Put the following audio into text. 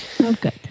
Okay